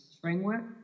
framework